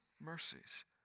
mercies